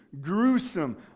Gruesome